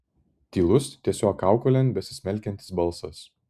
tylus tiesiog kaukolėn besismelkiantis balsas